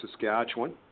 Saskatchewan